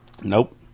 Nope